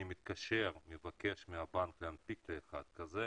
אני מתקשר ומבקש מהבנק להנפיק לי אחד כזה,